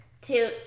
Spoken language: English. Two